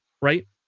right